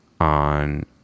on